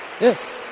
Yes